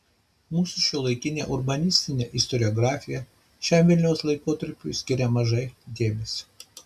mūsų šiuolaikinė urbanistinė istoriografija šiam vilniaus laikotarpiui skiria mažai dėmesio